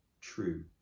true